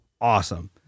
Awesome